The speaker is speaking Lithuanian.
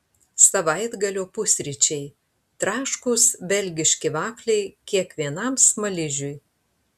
savaitgalio pusryčiai traškūs belgiški vafliai kiekvienam smaližiui